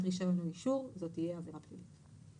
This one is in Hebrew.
רישיון או אישור - זאת תהיה עבירה פלילית.